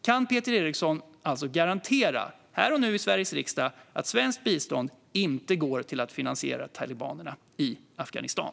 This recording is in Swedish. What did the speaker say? Kan Peter Eriksson garantera här och nu i Sveriges riksdag att svenskt bistånd inte går till att finansiera talibanerna i Afghanistan?